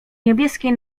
niebieskiej